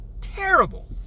terrible